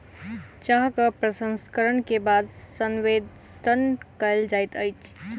चाहक प्रसंस्करण के बाद संवेष्टन कयल जाइत अछि